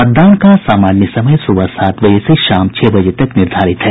मतदान का सामान्य समय सुबह सात बजे से शाम छह बजे तक निर्धारित है